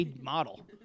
model